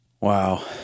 wow